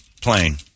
plane